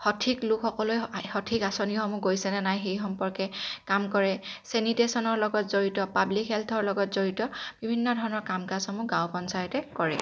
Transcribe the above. সঠিক লোকসকলে সঠিক আঁচনিসমূহ গৈছে নে নাই সেই সম্পৰ্কে কাম কৰে চেনিটাইজেশ্যনৰ লগত জড়িত পাব্লিক হেল্থৰ লগত জড়িত বিভিন্ন ধৰণৰ কাম কাজসমূহ গাঁও পঞ্চায়তে কৰে